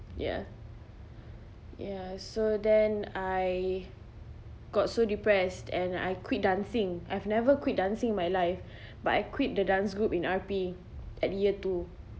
ya ya so then I got so depressed and I quit dancing I've never quit dancing in my life but I quit the dance group in R_P at year two